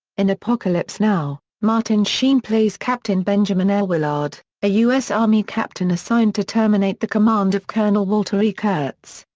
in apocalypse now, martin sheen plays captain benjamin l. willard, a u s. army captain assigned to terminate the command of colonel walter e. kurtz.